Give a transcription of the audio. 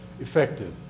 effective